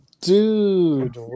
dude